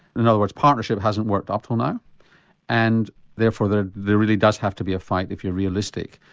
in other words partnership hasn't worked up till now and therefore there there really does have to be a fight if you're realistic.